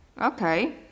Okay